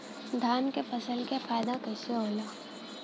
धान क फसल क फायदा कईसे होला?